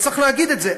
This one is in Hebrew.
וצריך להגיד את זה,